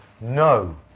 No